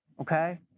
okay